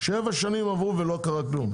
שבע שנים עברו ולא קרה כלום.